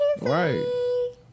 Right